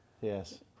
Yes